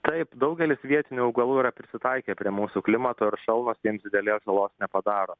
taip daugelis vietinių augalų yra prisitaikę prie mūsų klimato ir šalnos jiems didelės žalos nepadaro